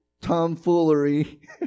tomfoolery